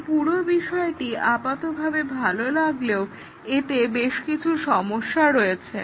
এই পুরো বিষয়টি আপাতভাবে ভালো লাগলেও এতে বেশ কিছু সমস্যা রয়েছে